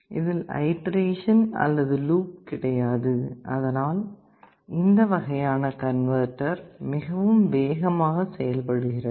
இதில் ஐடரேஷன் அல்லது லூப் கிடையாது அதனால் இந்த வகையான கன்வர்ட்டர் மிகவும் வேகமாக செயல்படுகிறது